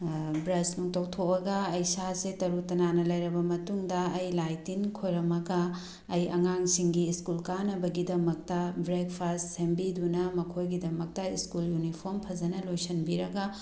brush ꯅꯨꯡ ꯇꯧꯊꯣꯛꯑꯒ ꯑꯩ ꯏꯁꯥꯁꯦ ꯇꯔꯨ ꯇꯅꯥꯟꯅ ꯂꯩꯔꯕ ꯃꯇꯨꯡꯗ ꯑꯩ ꯂꯥꯏ ꯇꯤꯟ ꯈꯣꯏꯔꯝꯃꯒ ꯑꯩ ꯑꯉꯥꯡꯁꯤꯡꯒꯤ ꯁ꯭ꯀꯨꯜ ꯀꯥꯅꯕꯒꯤꯗꯃꯛꯇ ꯕ꯭ꯔꯦꯛꯐꯥꯁ ꯁꯦꯝꯕꯤꯗꯨꯅ ꯃꯈꯣꯏꯒꯤꯗꯃꯛꯇ ꯁ꯭ꯀꯨꯜ ꯌꯨꯅꯤꯐꯣꯝ ꯐꯖꯅ ꯂꯣꯏꯁꯤꯟꯕꯤꯔꯒ